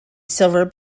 silver